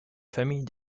famille